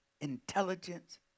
intelligence